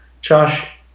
Josh